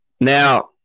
Now –